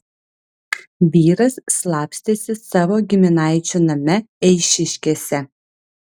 vyras slapstėsi savo giminaičių name eišiškėse